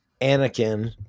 Anakin